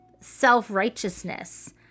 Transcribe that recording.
Self-righteousness